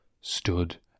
Stood